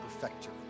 perfecter